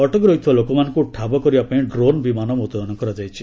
ଅଟକି ରହିଥିବା ଲୋକମାନଙ୍କୁ ଠାବ କରିବା ପାଇଁ ଡ୍ରୋନ ବିମାନ ମୁତୟନ କରାଯାଇଛି